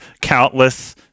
countless